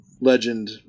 legend